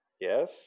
Yes